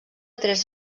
tres